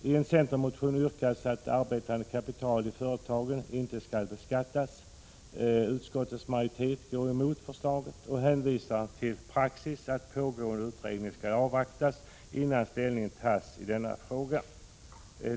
I en centermotion yrkas att arbetande kapital i företagen inte skall beskattas. Utskottets majoritet går emot förslaget och hänvisar till praxis att pågående utredning skall avvaktas innan ställning tas i denna fråga.